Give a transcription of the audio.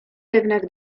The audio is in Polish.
jednak